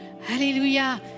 Hallelujah